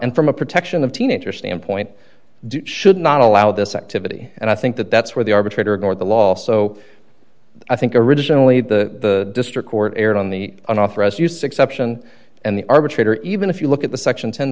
and from a protection of teenagers standpoint do should not allow this activity and i think that that's where the arbitrator going the law so i think originally the district court erred on the an authoress use exception and the arbitrator even if you look at the